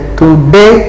today